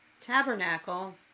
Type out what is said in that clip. tabernacle